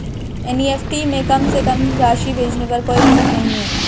NEFT में कम से कम राशि भेजने पर कोई लिमिट नहीं है